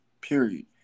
Period